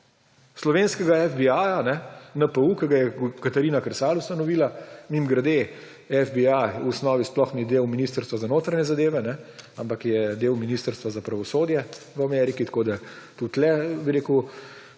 slovenskega FBI, NPU, ko ga je Katarina Kresal ustanovila, mimogrede, FBI v osnovi sploh ni del Ministrstva za notranje zadeve, ampak je del Ministrstva za pravosodje v Ameriki, tako da tudi tukaj bi rekel,